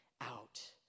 out